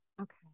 Okay